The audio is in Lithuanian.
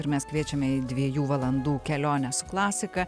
ir mes kviečiame į dviejų valandų kelionę su klasika